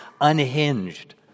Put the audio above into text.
unhinged